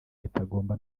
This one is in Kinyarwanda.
bitagomba